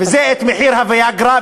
וזה מחיר ה"ויאגרה",